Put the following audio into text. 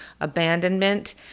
abandonment